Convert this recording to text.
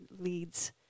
leads